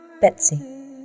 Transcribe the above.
Betsy